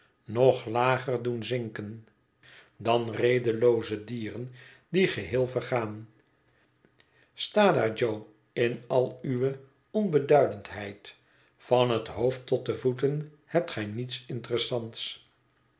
nog lager doen zinken dan redelooze dieren die geheel vergaan sta daar jo in al uwe onbeduidendheid van het hoofd tot de voeten hebt gij niets interessants